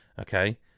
okay